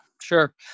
Sure